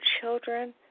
children